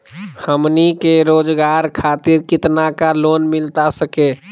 हमनी के रोगजागर खातिर कितना का लोन मिलता सके?